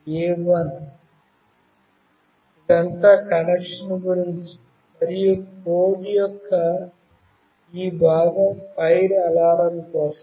ఇదంతా కనెక్షన్ గురించి మరియు కోడ్ యొక్క ఈ భాగం ఫైర్ అలారం కోసం